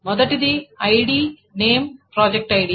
మొదటిది ID name project ID